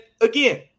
again